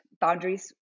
boundaries